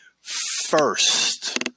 first